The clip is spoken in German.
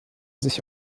sich